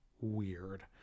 weird